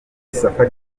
safa